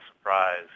surprise